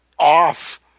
Off